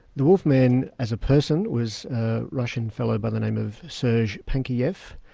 the wolf man as a person was a russian fellow by the name of sergei pankejeff.